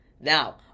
Now